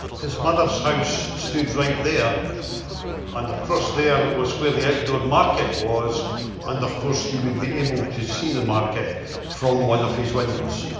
his mother's house stood right there and across there was where the outdoor market was and of course, he would be able to see the market from one of his windows.